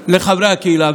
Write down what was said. לחברי הקהילה,